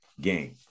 game